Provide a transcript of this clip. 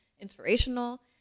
inspirational